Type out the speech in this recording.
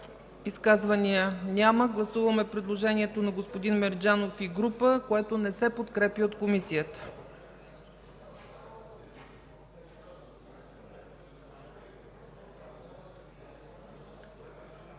Изказвания? Няма. Гласуваме предложението на господин Мерджанов и група, което не се подкрепя от Комисията.